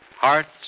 Hearts